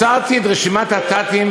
מסרתי את רשימת הת"תים,